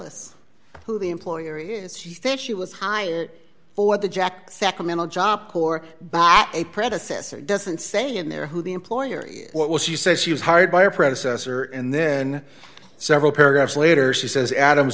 us who the employee is she thinks she was hired for the jack sacramento job corps by a predecessor doesn't say in there who the employer is what was she said she was hired by her predecessor and then several paragraphs later she says adams